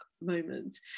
moment